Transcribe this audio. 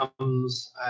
comes